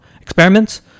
experiments